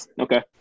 Okay